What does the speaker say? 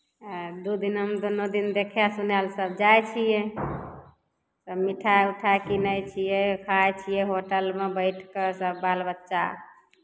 दू दिनामे दुन्नू दिन देखय सुनय लेल सभ जाइ छियै मिठाइ उठाइ किनै छियै खाइ छियै होटलमे बैठ कऽ सब बाल बच्चा